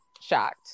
shocked